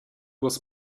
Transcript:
was